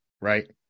right